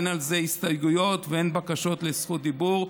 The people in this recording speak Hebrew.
אין לזה הסתייגויות ואין בקשות לזכות דיבור.